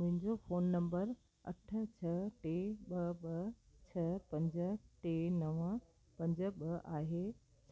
मुंहिंजो phone number अठ छह टे ॿ ॿ छह पंज टे नव पंज ॿ आहे